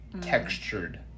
textured